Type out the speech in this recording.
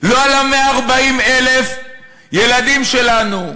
לא על 140,000 ילדים שלנו,